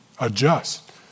adjust